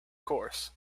course